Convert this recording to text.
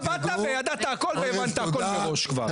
ארז, אתה באת וידעת הכול והבנת הכול מראש כבר.